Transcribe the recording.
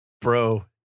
bro